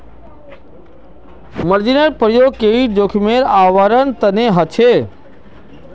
मार्जिनेर प्रयोग क्रेडिट जोखिमेर आवरण तने ह छे